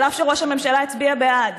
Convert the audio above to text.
אף שראש הממשלה הצביע בעד.